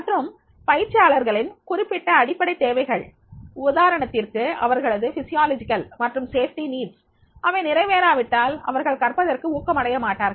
மற்றும் பயிற்சியாளர்களின் குறிப்பிட்ட அடிப்படைத் தேவைகள் உதாரணத்திற்கு அவர்களது உடலியல் மற்றும் பாதுகாப்பு தேவைகள் அவை நிறைவேறாவிட்டால் அவர்கள் கற்பதற்கு ஊக்கம் அடைய மாட்டார்கள்